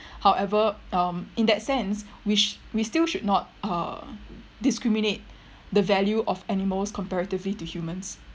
however um in that sense we sh~ we still should not uh discriminate the value of animals comparatively to human